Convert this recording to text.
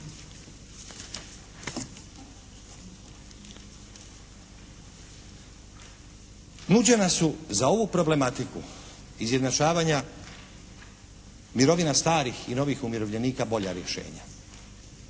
Nuđena su za ovu problematiku izjednačavanja mirovina starih i novih umirovljenika bolja rješenja.